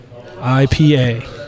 IPA